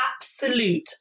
absolute